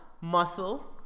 muscle